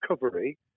recovery